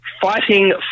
fighting